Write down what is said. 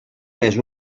més